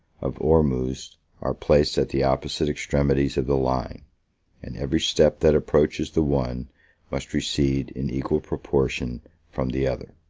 of ormusd are placed at the opposite extremities of the line and every step that approaches the one must recede in equal proportion from the other.